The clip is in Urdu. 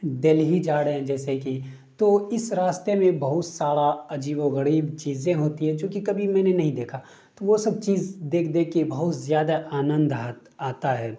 دہلی جا رہے ہیں جیسے کہ تو اس راستے میں بہت سارا عجیب و غریب چیزیں ہوتی ہے جو کہ کبھی میں نے نہیں دیکھا تو وہ سب چیز دیکھ دیکھ کے بہت زیادہ آنند آ آتا ہے